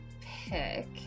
pick